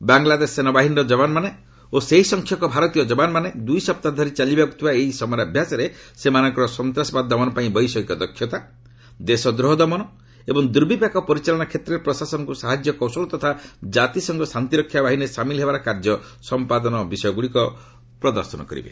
ବାଙ୍ଗଲାଦେଶ ସେନାବାହିନୀର ଯବାନମାନେ ଓ ସେହି ସଂଖ୍ୟକ ଭାରତୀୟ ଯବାନମାନେ ଦୁଇ ସପ୍ତାହ ଧରି ଚାଲିବାକୁ ଥିବା ଏହି ସମରାଭ୍ୟାସରେ ସେମାନଙ୍କର ସନ୍ତାସବାଦ ଦମନ ପାଇଁ ବୈଷୟିକ ଦକ୍ଷତା ଦେଶଦ୍ରୋହ ଦମନ ଏବଂ ଦୁର୍ବିପାକ ପରିଚାଳନା କ୍ଷେତ୍ରରେ ପ୍ରଶାସନକୁ ସାହାଯ୍ୟ କୌଶଳ ତଥା ଜାତିସଂଘ ଶାନ୍ତିରକ୍ଷା ବାହିନୀରେ ସାମିଲ ହେବାର କାର୍ଯ୍ୟ ସମ୍ପାଦନ ବିଷୟଗୁଡ଼ିକ ପ୍ରଦର୍ଶନ କରିବେ